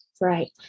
Right